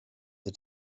the